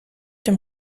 dem